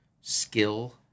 skill